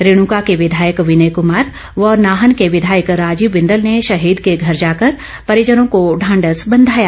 रेणुका के विधायक विनय कुमार व नाहन के विधायक राजीव बिंदल ने शहीद के घर जाकर परिजनों को ढांढस बंधाया